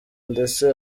ndetse